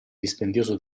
dispendioso